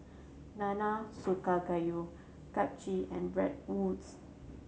Nanakusa Gayu and Bratwurst